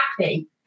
happy